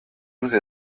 douze